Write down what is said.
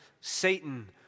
Satan